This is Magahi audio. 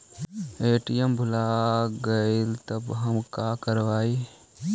ए.टी.एम भुला गेलय तब हम काकरवय?